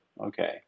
Okay